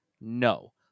No